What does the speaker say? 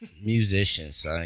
musicians